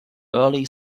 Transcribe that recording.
early